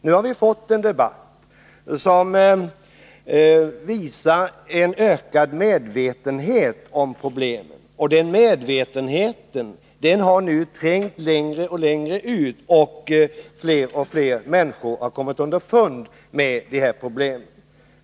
Nu har vi fått en debatt som visar en ökad medvetenhet om problemen. Och den medvetenheten har nu trängt längre och längre ut, och fler och fler människor har kommit underfund med problemen.